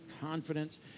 confidence